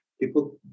people